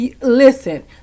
Listen